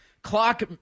Clock